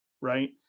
right